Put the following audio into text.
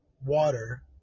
water